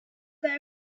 that